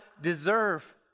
deserve